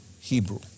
hebrew